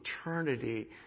eternity